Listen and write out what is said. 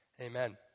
Amen